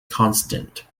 constant